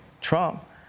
Trump